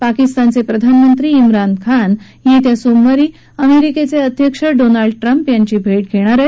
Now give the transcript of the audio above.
पाकिस्तानचे प्रधानमंत्री ा्रान खान येत्या सोमवारी अमेरिकेचे अध्यक्ष डोनाल्ड ट्रम्प यांची भेट घेणार आहेत